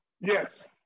Yes